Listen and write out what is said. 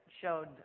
showed